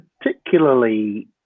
particularly